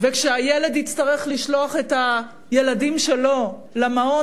וכשהילד יצטרך לשלוח את הילדים שלו למעון,